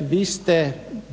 Vi ste